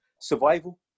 survival